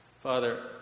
Father